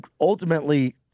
ultimately